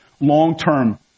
long-term